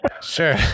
Sure